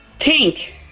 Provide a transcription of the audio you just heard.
Tink